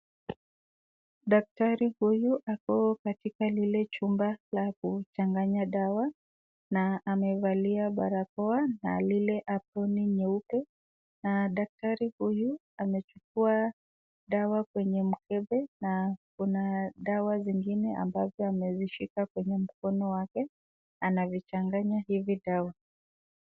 Daktari huyu yuko katika lile chumba cha kuchanganya dawa na amevalia barakoa na lile aproni nyeupe. Na daktari huyu amechukua dawa kwenye mkebe na kuna dawa zingine ambazo amezishika kwenye mkono wake anavichanganya hivi dawa.